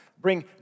bring